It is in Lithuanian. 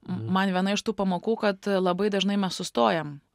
m man viena iš tų pamokų kad labai dažnai mes sustojam